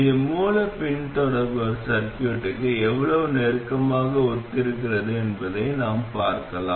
இது மூல பின்தொடர்பவர் சர்கியூட்க்கு எவ்வளவு நெருக்கமாக ஒத்திருக்கிறது என்பதையும் நாம் பார்க்கலாம்